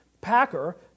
Packer